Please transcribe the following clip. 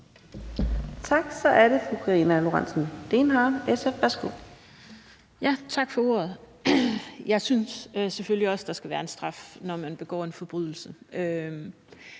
Værsgo. Kl. 11:25 Karina Lorentzen Dehnhardt (SF): Tak for ordet. Jeg synes selvfølgelig også, at der skal være en straf, når man begår en forbrydelse,